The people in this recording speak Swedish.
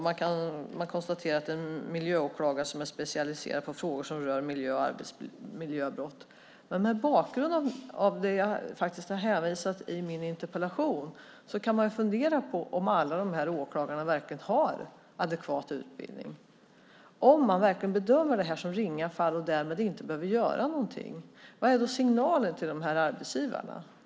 Det konstateras att miljöåklagarna är specialiserade på frågor som rör miljö och arbetsmiljöbrott. Men mot bakgrund av det som jag faktiskt har hänvisat till i min interpellation kan man fundera på om alla dessa åklagare verkligen har adekvat utbildning. Om de verkligen bedömer detta som ringa fall och därmed inte behöver göra någonting, vad är då signalen till dessa arbetsgivare?